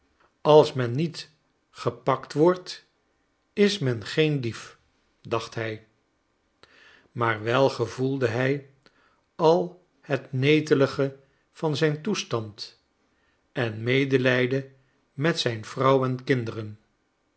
als men niet gepakt wordt is men geen dief dacht hij maar wel gevoelde hij al het netelige van zijn toestand en medelijden met zijn vrouw en kinderen